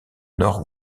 nord